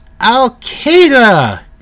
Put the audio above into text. Al-Qaeda